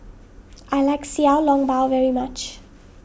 I like Xiao Long Bao very much